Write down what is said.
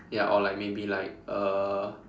ya or like maybe like uh